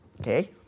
okay